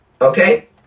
okay